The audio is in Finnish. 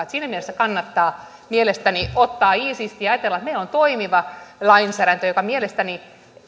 siinä mielessä kannattaa mielestäni ottaa iisisti ja ajatella että meillä on toimiva lainsäädäntö joka mielestäni